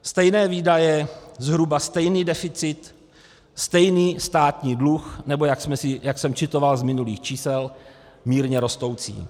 Stejné výdaje, zhruba stejný deficit, stejný státní dluh, nebo, jak jsem citoval z minulých čísel, mírně rostoucí.